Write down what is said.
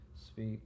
speak